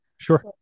Sure